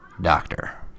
Doctor